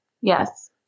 Yes